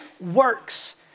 works